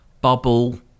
bubble